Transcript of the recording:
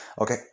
okay